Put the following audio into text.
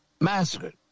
Massacred